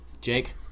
jake